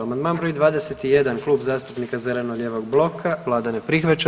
Amandman br. 21 Kluba zastupnika zeleno-lijevog bloka, Vlada ne prihvaća.